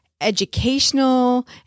educational